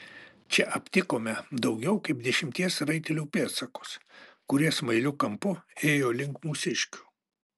čia aptikome daugiau kaip dešimties raitelių pėdsakus kurie smailiu kampu ėjo link mūsiškių